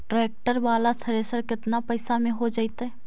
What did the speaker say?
Tractor बाला thresher केतना पैसा में हो जैतै?